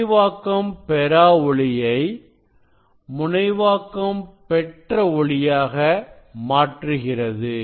முனைவாக்கம் பெறாத ஒளியை முனைவாக்கம் பெற்ற ஒளியாக மாற்றுகிறது